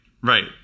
Right